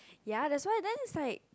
ya that's why then it's like